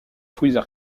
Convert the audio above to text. fouilles